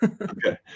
Okay